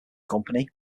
company